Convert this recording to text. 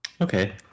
Okay